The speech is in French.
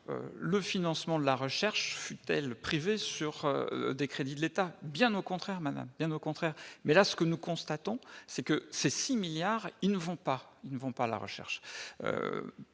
le financement de la recherche, fut-elle privée sur des crédits de l'État, bien au contraire même, bien au contraire, mais là ce que nous constatons, c'est que ces 6 milliards, ils ne vont pas, ils ne vont pas la recherche